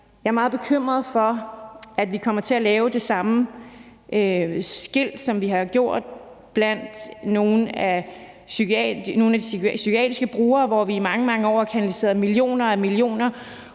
Jeg er meget bekymret for, at vi kommer til at lave det samme skel, som vi har gjort blandt nogle af de psykiatriske brugere, hvor vi i mange, mange år har kanaliseret millioner og millioner